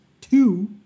two